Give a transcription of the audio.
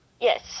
Yes